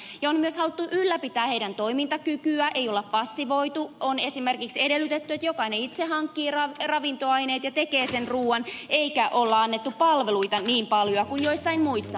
on myös haluttu ylläpitää heidän toimintakykyään ei olla passivoitu on esimerkiksi edellytetty että jokainen itse hankkii ravintoaineet ja tekee sen ruuan eikä ole annettu palveluita niin paljoa kuin joissain muissa maissa